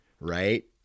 right